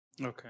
Okay